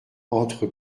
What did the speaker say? entre